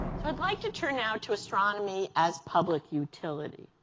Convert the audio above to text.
so i'd like to turn now to astronomy as public utility.